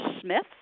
smith